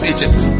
Egypt